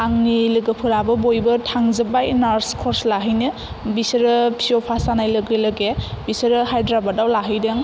आंनि लोगोफोराबो बयबो थांजोबबाय नार्स कर्स लाहैनो बिसोरो फिअ फास जानाय लोगो लोगे बिसोरो हाइड्राबादयाव लाहैदों